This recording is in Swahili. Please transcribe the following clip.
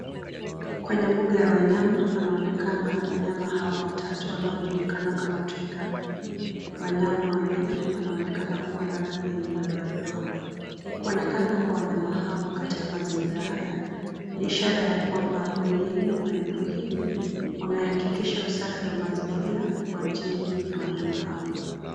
Kwenye mbuga ya wanyama, panaonekana wanyama hawa watatu wanaojulikana kama twiga. Wanyama wenyewe wanaonekana kuwa na rangi yenye madoadoa. Kuonekana kwa wanyama hawa katika mazingira haya ni ishara ya kwamba wenyeji wa eneo hili wamehakikisha usafi wa mazingira kwa ajili ya wanyama hao.